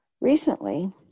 recently